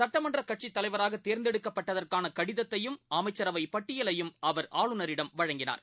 சட்டமன்றக் கட்சித் தலைவராகதேர்ந்தெடுக்கப்பட்டதற்கானகடிதத்தையும் அமைச்சரவைபட்டியலையும் அவர் ஆளுநரிடம் வழங்கினார்